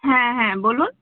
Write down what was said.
হ্যাঁ হ্যাঁ বলুন